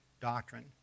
doctrine